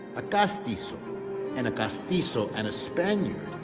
a castizo and a castizo and a spaniard,